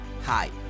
hi